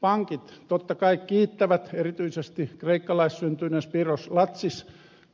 pankit totta kai kiittävät erityisesti kreikkalaissyntyinen spiros latsis